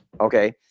okay